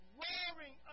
wearing